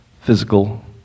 physical